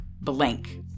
blank